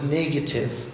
negative